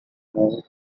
moves